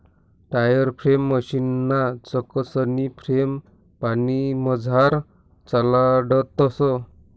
water frame मशीनना चाकसनी frame पानीमझार चालाडतंस